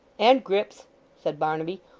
and grip's said barnaby,